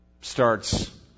starts